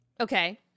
Okay